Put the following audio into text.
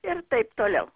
ir taip toliau